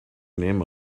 name